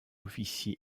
officie